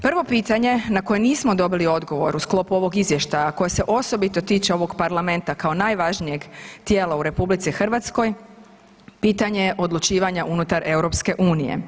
Prvo pitanje na koje nismo dobili odgovor u sklopu ovog izvještaja koji se osobito tiče ovog Parlamenta kao najvažnije tijela u RH, pitanje je odlučivanja unutar EU.